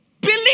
believe